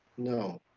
no.